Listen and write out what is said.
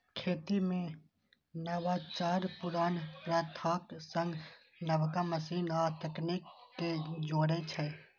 खेती मे नवाचार पुरान प्रथाक संग नबका मशीन आ तकनीक कें जोड़ै छै